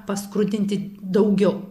paskrudinti daugiau